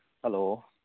hello